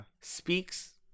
speaks